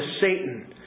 Satan